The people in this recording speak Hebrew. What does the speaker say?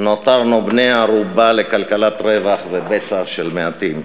נותרנו בני ערובה לכלכלת רווח ובצע של מעטים.